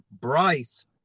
Bryce